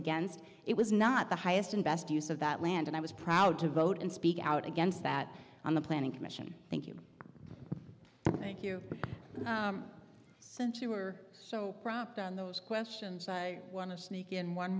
against it was not the highest and best use of that land and i was proud to vote and speak out against that on the planning commission thank you thank you since you were so prompt on those questions i want to sneak in one